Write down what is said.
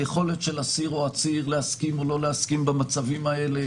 היכולת של אסיר או עציר להסכים או לא להסכים במצבים האלה